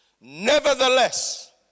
Nevertheless